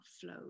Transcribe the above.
flow